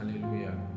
hallelujah